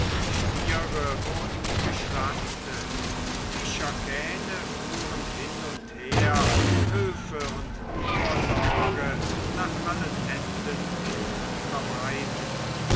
stiere wurden geschlachtet fischerkähne fuhren hin und her hülfe und vorsorge nach allen enden hin